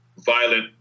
violent